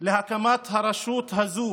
להקמת הרשות הזו